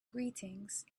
greetings